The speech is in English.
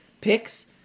picks